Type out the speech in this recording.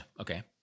Okay